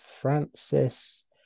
Francis